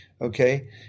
okay